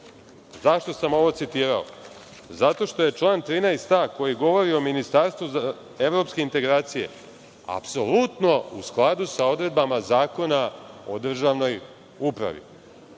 sam ovo citirao? Zato što je član 13a koji govori o ministarstvu za evropske integracije apsolutno u skladu sa odredbama Zakona o državnoj upravi.